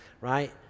right